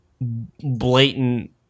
blatant